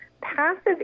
Passive